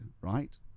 right